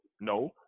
no